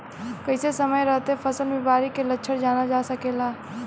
कइसे समय रहते फसल में बिमारी के लक्षण जानल जा सकेला?